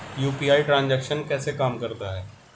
UPI transaction कैसे काम करता है?